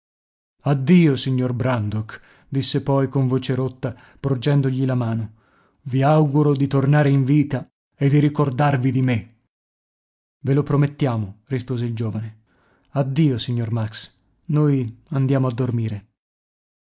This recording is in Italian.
addio signor brandok disse poi con voce rotta porgendogli la mano i auguro di tornare in vita e di ricordarvi di me ve lo promettiamo rispose il giovane addio signor max noi andiamo a dormire